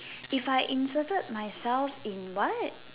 if I inserted myself in what